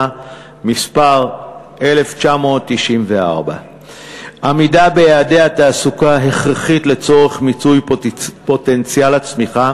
מס' 1994. עמידה ביעדי התעסוקה הכרחית לצורך מיצוי פוטנציאל הצמיחה